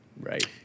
Right